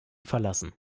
verlassen